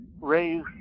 raise